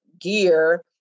gear